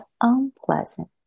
unpleasant